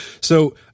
So-